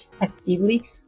actively